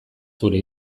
zure